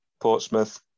Portsmouth